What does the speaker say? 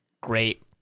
great